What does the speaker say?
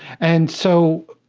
and so,